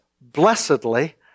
blessedly